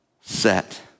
set